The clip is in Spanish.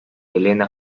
elena